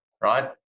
right